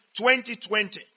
2020